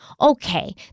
okay